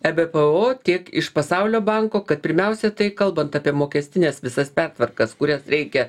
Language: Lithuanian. ebpo tiek iš pasaulio banko kad pirmiausia tai kalbant apie mokestines visas pertvarkas kurias reikia